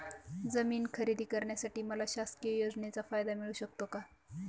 जमीन खरेदी करण्यासाठी मला शासकीय योजनेचा फायदा मिळू शकतो का?